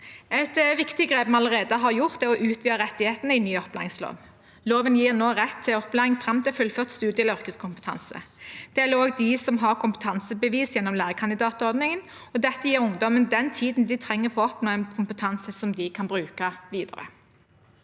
Et viktig grep vi allerede har gjort, er å utvide rettighetene i ny opplæringslov. Loven gir nå rett til opplæring fram til fullført studie- eller yrkeskompetanse. Det gjelder også dem som har kompetansebevis gjennom lærekandidatordningen, og dette gir ungdommen den tiden de trenger for å oppnå en kompetanse de kan bruke videre.